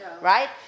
right